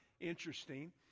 interesting